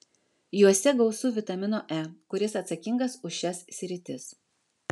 juose gausu vitamino e kuris atsakingas už šias sritis